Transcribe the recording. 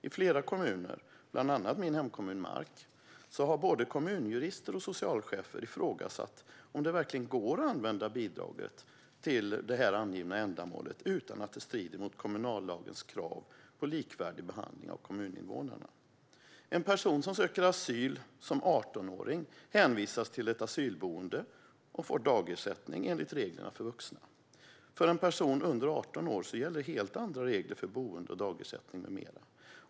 I flera kommuner, bland annat i min hemkommun Mark, har både kommunjurister och socialchefer ifrågasatt om det verkligen går att använda bidraget till det angivna ändamålet utan att det strider mot kommunallagens krav på likvärdig behandling av kommuninvånarna. En person som söker asyl som 18-åring hänvisas till ett asylboende och får dagersättning enligt reglerna för vuxna. För en person under 18 år gäller helt andra regler för boende, dagersättning med mera.